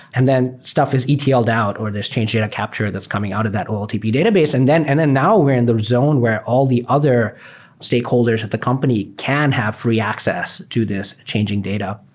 and then stuff is etl'd out or this change data capture that's coming out of that oltd database. and then and then now we're in the zone where all the other stakeholders of the company can have free access to this changing data.